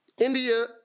India